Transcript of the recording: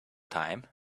time